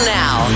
now